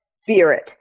Spirit